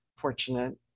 fortunate